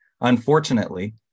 Unfortunately